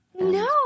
No